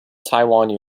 taiwan